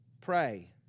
pray